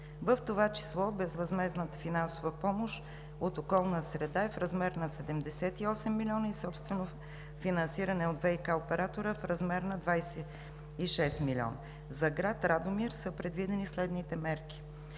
в това число безвъзмездната финансова помощ от Оперативна програма „Околна среда“ в размер на 78 милиона и собствено финансиране от ВиК оператора в размер на 26 милиона. За град Радомир са предвидени следните мерки: